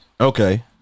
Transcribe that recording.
Okay